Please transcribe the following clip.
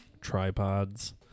Tripods